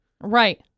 Right